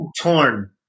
torn